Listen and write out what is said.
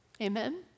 Amen